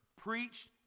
preached